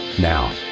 Now